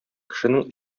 кешенең